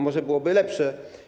Może to byłoby lepsze.